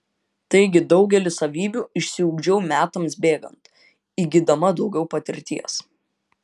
taigi daugelį savybių išsiugdžiau metams bėgant įgydama daugiau patirties